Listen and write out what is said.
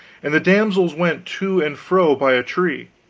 and the damsels went to and fro by a tree.